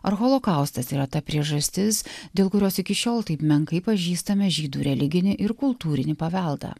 ar holokaustas yra ta priežastis dėl kurios iki šiol taip menkai pažįstame žydų religinį ir kultūrinį paveldą